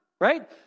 right